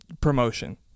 promotion